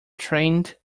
trained